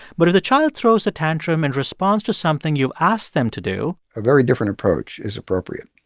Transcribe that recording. but if the child throws a tantrum in response to something you asked them to do. a very different approach is appropriate.